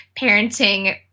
parenting